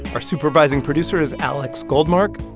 our supervising producer is alex goldmark.